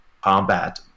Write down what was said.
combat